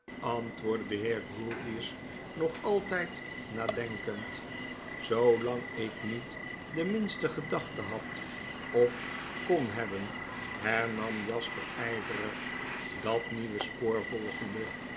antwoordde de heer grewgious nog altiid nadenkend zoolang ik niet de minste gedachte had of kon hebben hernam jasper yverig dat nieuwe spoor volgende